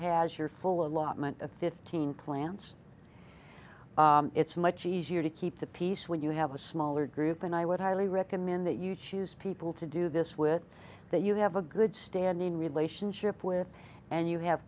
has your full allotment of fifteen plants it's much easier to keep the peace when you have a smaller group and i would highly recommend that you choose people to do this with that you have a good standing relationship with and you have